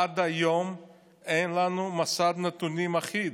עד היום אין לנו מסד נתונים אחיד.